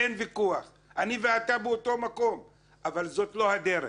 אבל זאת לא הדרך.